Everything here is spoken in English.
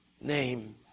name